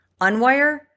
unwire